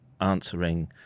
answering